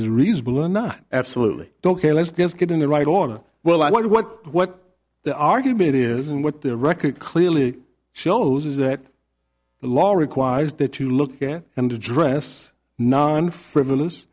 is reasonable or not absolutely ok let's just get in the right order well i wonder what what the argument is and what the record clearly shows is that the law requires that you look at and address non frivolous